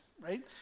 right